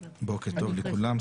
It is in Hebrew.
בוקר טוב לכולם,